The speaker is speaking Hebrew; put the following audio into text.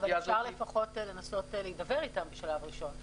אבל אפשר לפחות לנסות להידבר איתם בשלב ראשון.